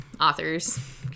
authors